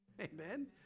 Amen